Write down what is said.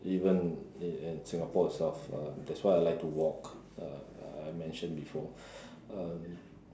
even in Singapore itself um that's why I like to walk uh I mentioned before um